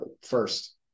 first